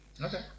Okay